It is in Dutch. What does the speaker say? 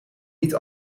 niet